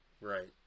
right